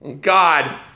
God